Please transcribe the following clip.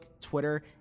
Twitter